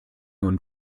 und